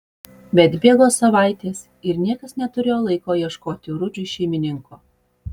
bet bėgo savaitės ir niekas neturėjo laiko ieškoti rudžiui šeimininko